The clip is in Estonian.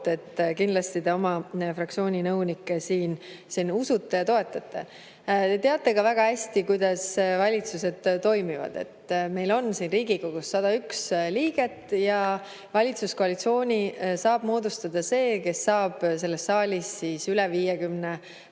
Kindlasti te oma fraktsiooni nõunikke usute ja toetate. Te teate ka väga hästi, kuidas valitsused toimivad. Meil on siin Riigikogus 101 liiget ja valitsuskoalitsiooni saab moodustada see, kes saab selles saalis üle 50 hääle,